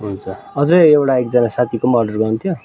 हुन्छ अझै एउटा एकजना साथीकोमा अर्डर गर्नु थियो